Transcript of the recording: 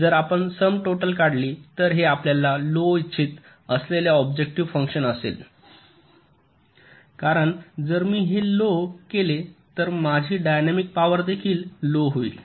जर आपण sum total काढली तर हे आपल्याला लो इच्छित असलेले ऑब्जेक्टिव्ह फंक्शन असेल कारण जर मी हे लो केले तर माझी डायनॅमिक पॉवर देखील लो होईल